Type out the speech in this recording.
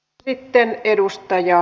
arvoisa puhemies